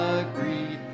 agree